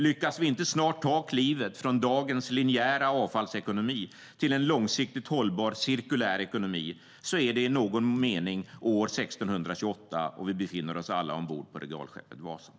Lyckas vi inte snart ta klivet från dagens linjära avfallsekonomi till en långsiktigt hållbar cirkulär ekonomi är det i någon mening år 1628, och vi befinner oss alla ombord på regalskeppet Vasa.